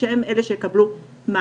כדי שהם אלה שיקבלו מענה.